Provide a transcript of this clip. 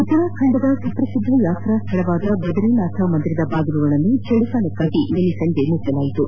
ಉತ್ತರಾಖಂಡದ ಸುಪ್ರಸಿದ್ದ ಯಾತ್ರಾಶ್ವಳವಾದ ಬದರೀನಾಥ ಮಂದಿರದ ಬಾಗಿಲುಗಳನ್ನು ಚಳಿಗಾಲದ ಹಿನ್ನೆಲೆಯಲ್ಲಿ ನಿನ್ನೆ ಸಂಜೆ ಮುಚ್ಲಲಾಯಿತು